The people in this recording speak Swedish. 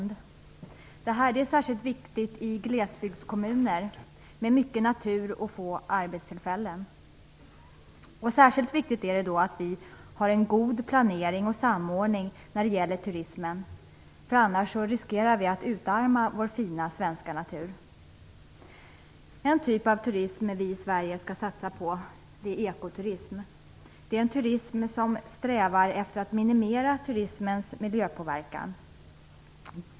Det är särskilt viktigt i glesbygdskommuner med mycket natur och få arbetstillfällen. Särskilt viktigt är det att vi har en god planering och samordning när det gäller turismen. Annars riskerar vi att utarma vår fina svenska natur. En typ av turism vi i Sverige skall satsa på är ekoturism. Det är en turism som strävar efter att minimera turismens miljöpåverkan.